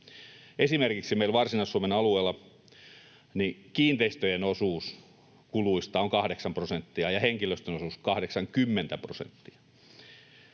Esimerkiksi meillä Varsinais-Suomen alueella kiinteistöjen osuus kuluista on kahdeksan prosenttia ja henkilöstön osuus 80 prosenttia.